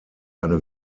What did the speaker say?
eine